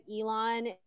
Elon